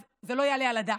אז זה לא יעלה על הדעת,